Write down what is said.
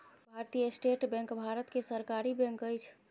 भारतीय state bank Bharat के सरकारी बैंक अछि